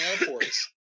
airports